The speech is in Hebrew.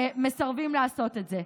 מסרבים לעשות את זה.